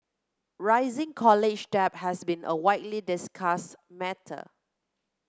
rising college debt has been a widely discussed matter